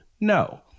No